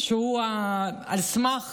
על סמך